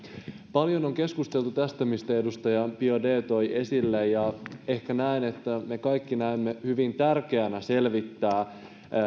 paljon on keskusteltu siitä minkä edustaja biaudet toi esille ja koen että me kaikki näemme hyvin tärkeänä selvittää